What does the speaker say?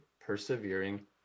persevering